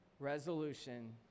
Resolution